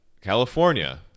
california